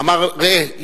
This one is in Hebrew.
אמר: ראה,